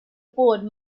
afford